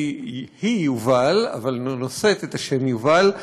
היא יובל ונושאת את השם יובל,